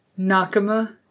Nakama